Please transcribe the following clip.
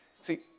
See